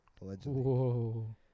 Whoa